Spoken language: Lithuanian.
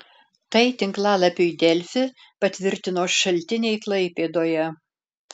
tai tinklalapiui delfi patvirtino šaltiniai klaipėdoje